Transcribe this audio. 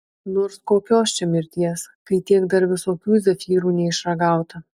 nors kokios čia mirties kai tiek dar visokių zefyrų neišragauta